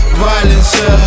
violence